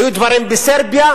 היו דברים בסרביה,